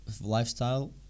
lifestyle